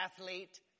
athlete